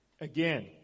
again